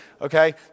okay